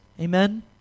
Amen